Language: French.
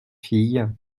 fille